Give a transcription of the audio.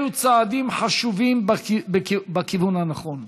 אלו צעדים חשובים בכיוון הנכון,